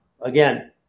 Again